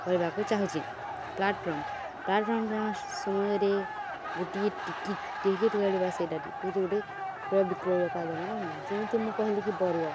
କରିବାକୁ ଚାହୁଁଛି platform platform ସମୟରେ ଗୋଟିଏ ଟିକିଟ୍ ଟିକେଟ୍ କାଟିବା ସେଇଟା ଟିକେ ସେଇଟା ଗୋଟେ କ୍ରୟ ବିକ୍ରୟର କାର୍ଯ୍ୟ ଯେମିତି ମୁଁ କହିଲି ବର୍ବ